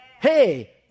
Hey